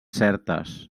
certes